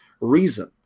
reason